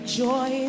joy